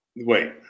Wait